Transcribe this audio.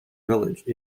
village